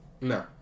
No